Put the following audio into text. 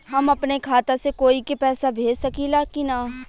हम अपने खाता से कोई के पैसा भेज सकी ला की ना?